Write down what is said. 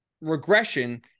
regression